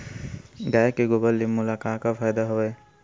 गाय के गोबर ले मोला का का फ़ायदा हवय?